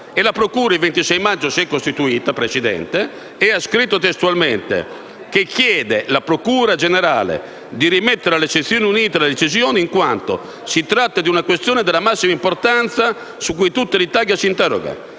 la procura si è costituita, Presidente, e ha scritto testualmente che la procura generale chiede di rimettere alle sezioni unite la decisione in quanto si tratta di una questione della massima importanza su cui tutta l'Italia si interroga